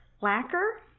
Lacquer